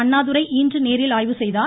அண்ணாதுரை இன்று நேரில் ஆய்வு செய்தார்